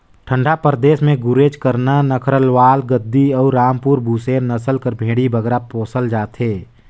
ठंडा परदेस में गुरेज, करना, नक्खरवाल, गद्दी अउ रामपुर बुसेर नसल कर भेंड़ी बगरा पोसल जाथे